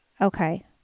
Okay